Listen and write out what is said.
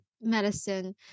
medicine